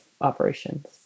operations